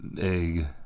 egg